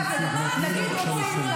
קחו אחריות כבר על משהו,